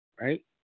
right